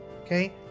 Okay